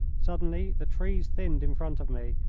suddenly the trees thinned in front of me,